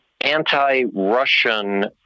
anti-Russian